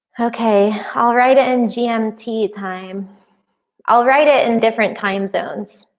okay, i'll write it in gmt time i'll write it in different time zones.